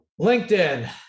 LinkedIn